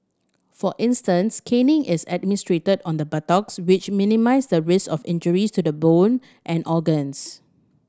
for instance caning is administered on the buttocks which minimise the risk of injury to bone and organs